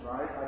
right